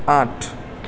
આઠ